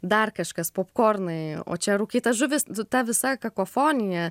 dar kažkas popkornai o čia rūkyta žuvis nu ta visa kakofonija